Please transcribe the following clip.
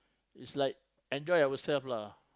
it is like enjoy ourselves lah